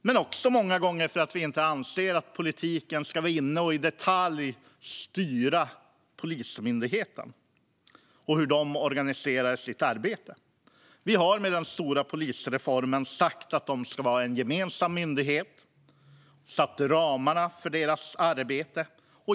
Men många gånger är det också för att vi inte anser att politiken ska vara inne och i detalj styra Polismyndigheten och hur man där organiserar sitt arbete. Vi har med den stora polisreformen sagt att det ska vara en gemensam myndighet och satt ramarna för myndighetens arbete.